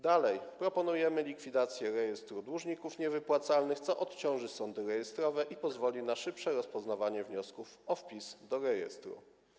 Dalej, proponujemy likwidację rejestru dłużników niewypłacalnych, co odciąży sądy rejestrowe i pozwoli na szybsze rozpoznawanie wniosków o wpis do rejestru.